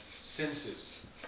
senses